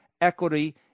Equity